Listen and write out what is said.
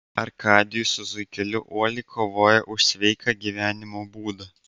arkadijus su zuikeliu uoliai kovoja už sveiką gyvenimo būdą